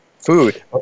Food